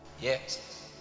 Yes